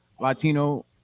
Latino